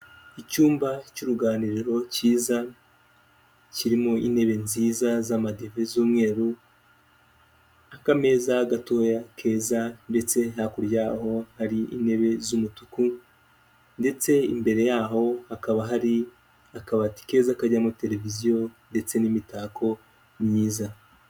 Icyumba cy'uruganiriro kiza kirimo intebe nziza z'amadive z'umweru, akameza gatoya keza ndetse hakuryaho hari intebe z'umutuku, ndetse imbere yaho hakaba hari akabati keza kajyamo televiziyo ndetse n'imitako myiza.